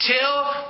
Till